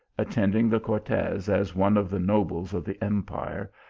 attending the cortes as one of the nobles of the empire,